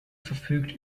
verfügt